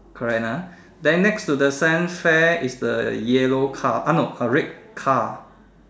correct ah then next to the science fair is the yellow car ah no a red car